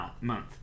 month